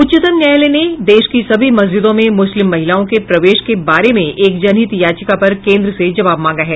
उच्चतम न्यायालय ने देश की सभी मस्जिदों में मुस्लिम महिलाओं के प्रवेश को बारे में एक जनहित याचिका पर केंद्र से जवाब मांगा है